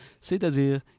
c'est-à-dire